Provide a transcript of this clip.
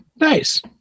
Nice